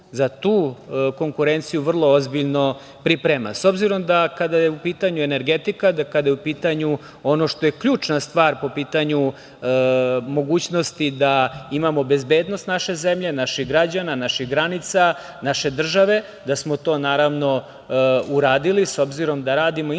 za tu konkurenciju vrlo ozbiljno priprema. Kada je u pitanju energetika, kada je u pitanju ono što je ključna stvar po pitanju mogućnosti da imamo bezbednost naše zemlje, naših građana, naših granica, naše države, da smo to naravno uradili, s obzirom da radimo intenzivno